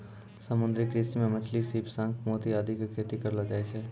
समुद्री कृषि मॅ मछली, सीप, शंख, मोती आदि के खेती करलो जाय छै